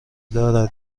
دارد